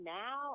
now